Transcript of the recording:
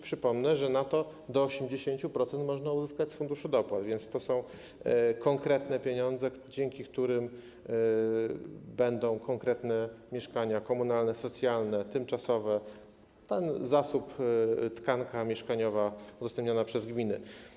Przypomnę, że można na to uzyskać do 80% z Funduszu Dopłat, więc to są konkretne pieniądze, dzięki którym będą konkretne mieszkania komunalne, socjalne, tymczasowe - ten zasób, tkanka mieszkaniowa udostępniona przez gminy.